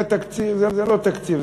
והתקציב זה לא תקציב,